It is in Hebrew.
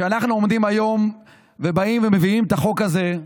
כשאנחנו עומדים היום ובאים ומביאים את החוק הזה,